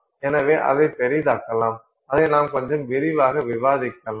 எனவே அதைப் பெரிதாக்கலாம் அதை நாம் கொஞ்சம் விரிவாக விவாதிக்கலாம்